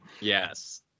Yes